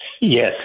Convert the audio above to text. Yes